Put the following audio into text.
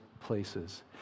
places